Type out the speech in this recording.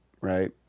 right